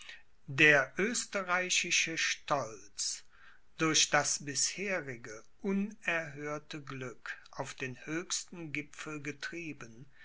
der österreichische stolz durch das bisherige unerhörte glück auf den höchsten gipfel getrieben